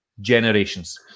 generations